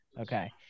Okay